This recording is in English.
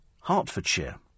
Hertfordshire